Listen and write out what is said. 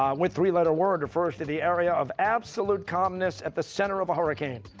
what three-letter word refers to the area of absolute calmness at the center of a hurricane?